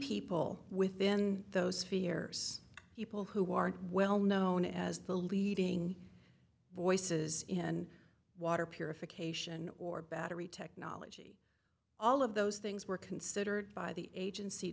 people within those few years people who aren't well known as the leading voices in water purification or battery technology all of those things were considered by the agency